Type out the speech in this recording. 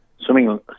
swimming